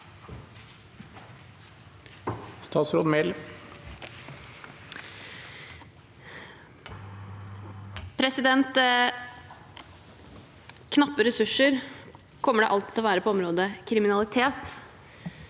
Knappe ressurser kommer det alltid til å være på området kriminalitet,